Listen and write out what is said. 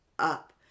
up